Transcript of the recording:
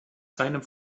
seinem